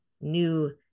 new